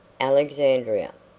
alexandria.